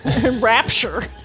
rapture